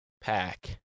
pack